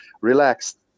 relaxed